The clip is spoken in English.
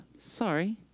sorry